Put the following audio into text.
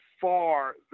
far